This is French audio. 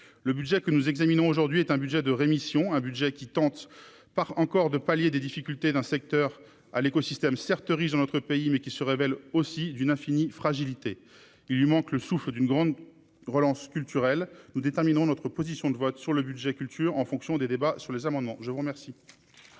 le budget que nous examinons, aujourd'hui, est un budget de rémission, un budget qui tentent par encore de pallier des difficultés d'un secteur à l'écosystème, certes riche dans notre pays, mais qui se révèle aussi d'une infinie fragilité, il lui manque le souffle d'une grande relance culturelle nous déterminerons notre position de vote sur le budget culture en fonction des débats sur les amendements, je vous remercie.